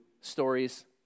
stories